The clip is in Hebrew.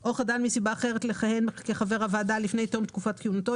או חדל מסיבה אחרת לכהן כחבר הוועדה לפני תום תקופת כהונתו,